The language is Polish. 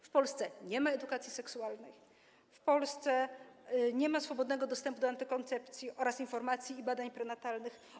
W Polsce nie ma edukacji seksualnej, w Polsce nie ma swobodnego dostępu do antykoncepcji oraz informacji i badań prenatalnych.